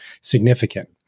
significant